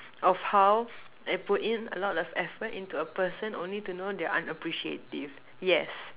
of how and put in a lot of effort into a person only to know they are unappreciative yes